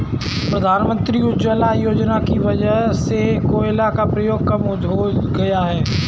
प्रधानमंत्री उज्ज्वला योजना की वजह से कोयले का प्रयोग कम हो गया है